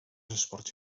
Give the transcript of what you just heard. esports